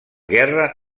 guerra